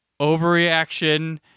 overreaction